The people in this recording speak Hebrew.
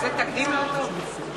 הגדלת סכום הפיצוי ללא הוכחת נזק),